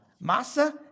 Massa